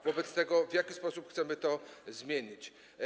Wobec tego w jaki sposób chcemy to zmienić?